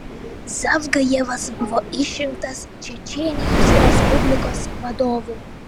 zavgajevas buvo išrinktas čečėnijos respublikos vadovu